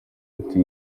ati